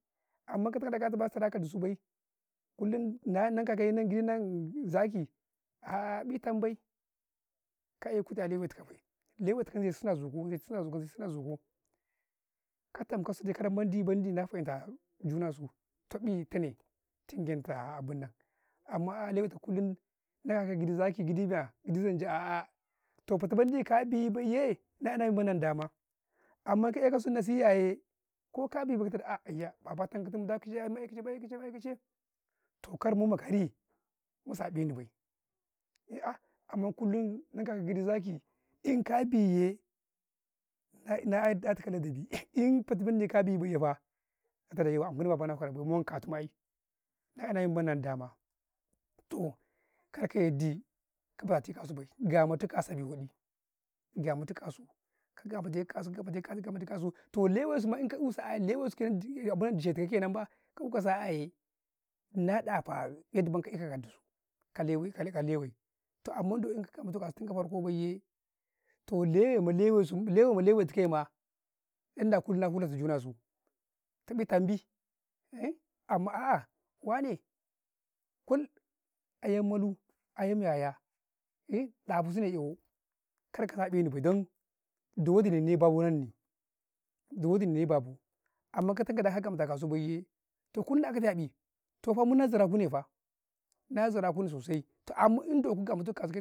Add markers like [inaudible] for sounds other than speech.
﻿Amman ka tame ka zaba ka sara ka dusu bay, kullum nar nan ka kaye gidi nan zaki aaah bitam bay, ka'e kuti a lewai tuka bay, lewe tukau zab suna a zikau, zabsuna a zikau, kattam kasi, di kau mendi na fahimta juna su taɗ ɗi tane tin gye ta abu nan, amman lewetu ku kullum na kakau gidi zaki gidi yaa, gidi, zanje a to fati mendi ka biyi bay yee, na ina men mendi naa dama, amma ka eh kasu nasi ya yee, ko kabii tumi da kica bay, mu eh kice, ai kica bay, toh kar mumalkari, ma sabe nni bay, eh 'aamman kullum nan ka kau gidi zaki, in ka bii yee, na 'ya tukau ladabi, [noise] in fati mendi kabiti yee ba, Natama an kuni kaba na kwara bay, mu wan katum muu, na ina man dama toh kar ka yar ɗi, ka biyadi kosu bay, ga mata kasu abii wa ɗi, ga matuka suu, ka gamate kasu, ka gamute kasu, ka gamata kasu, toh lewe su ma inka ua sa'ah lewai suke di ke tikau ke nan baa, ka yuka sa'ah yee na ɗafa yandu ka i kau kan dusu, ka lewi kakka lewee, toh amman don ka ga matu kasu tun ka farko yee, to lewai ma lewe su lewe- ma lewe tuka maa Nna kullumm fulatau juna suu, tun da tam bi [hesitation] amma a'ah wane kull, ayam manu, ayam yaya [hesitation] 'yarasu ne amma, kar kasane Nni bay, dan da wadi nin ne babu nan nii, da wadi nin ne babu, amma ka takau da ka gamata kasu bay, yee, ta kullum na aka ta yabi, mum na zira kune faa, na zira kune sosai, toh amman indo ka gamatu ka kasuu.